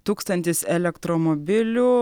tūkstantis elektromobilių